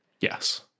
Yes